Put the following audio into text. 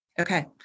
Okay